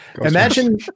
imagine